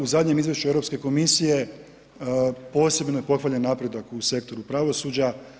U zadnjem izvješću Europske komisije posebno je pohvaljen napredak u sektoru pravosuđa.